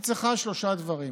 היא צריכה שלושה דברים: